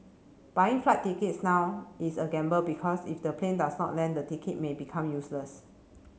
buying flight tickets now is a gamble because if the plane does not land the ticket may become useless